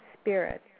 spirit